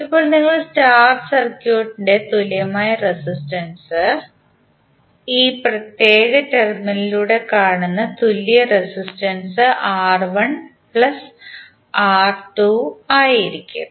ഇപ്പോൾ നിങ്ങൾ സ്റ്റാർ സർക്യൂട്ടിന്റെ തുല്യമായ റെസിസ്റ്റൻസ് ഈ പ്രത്യേക ടെർമിനലിലൂടെ കാണുന്ന തുല്യ റെസിസ്റ്റൻസ് R1 R3 ആയിരിക്കും